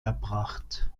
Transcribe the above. erbracht